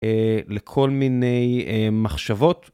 לכל מיני מחשבות.